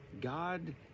God